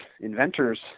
inventors